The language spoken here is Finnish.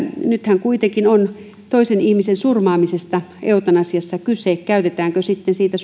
nythän kuitenkin on toisen ihmisen surmaamisesta eutanasiassa kyse käytetäänkö siitä